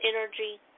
energy